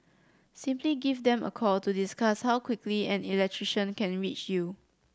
simply give them a call to discuss how quickly an electrician can reach you